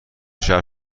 شهر